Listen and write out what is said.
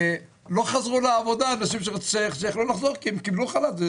לא חזרו לעבודה אנשים שיכלו לחזור כי הם קיבלו חל"ת.